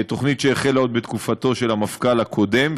תוכנית שהחלה עוד בתקופתו של המפכ"ל הקודם,